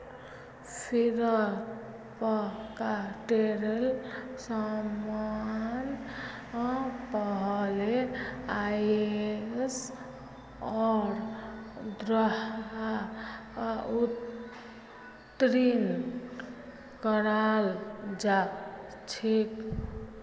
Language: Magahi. फ्लिपकार्टेर समान पहले आईएसओर द्वारा उत्तीर्ण कराल जा छेक